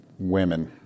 women